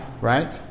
right